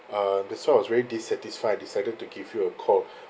uh that's why I was very dissatisfied I decided to give you a call